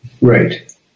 Right